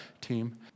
team